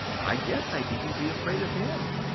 i guess i needn't be afraid of him,